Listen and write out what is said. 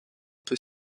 peut